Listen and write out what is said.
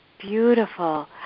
Beautiful